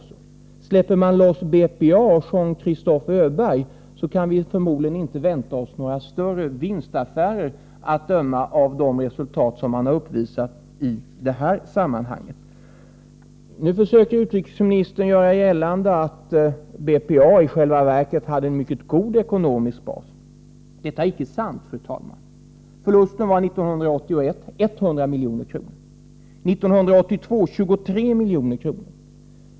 Släpper man loss BPA och Jean-Christophe Öberg kan vi förmodligen inte vänta oss några större vinstaffärer, att döma av de resultat som man har uppvisat i detta sammanhang. Nu försöker utrikesministern göra gällande att BPA i själva verket hade en mycket god ekonomisk bas. Detta är icke sant, fru talman. Förlusten uppgick 1981 till 100 milj.kr., och 1982 var den 23 milj.kr.